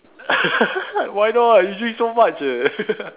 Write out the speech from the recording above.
why not you drink so much leh